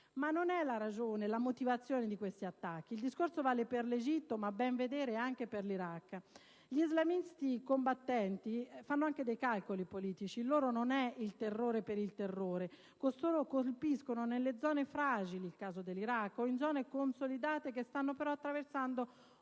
Ma non è questa la ragione, la motivazione degli attacchi: il discorso vale per l'Egitto, ma a ben vedere, anche per l'Iraq. Gli islamisti combattenti fanno anche dei calcoli politici; il loro scopo non è il terrore per il terrore. Costoro colpiscono nelle zone «fragili» - è il caso dell'Iraq - o in zone consolidate che stanno però attraversando